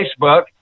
facebook